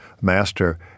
master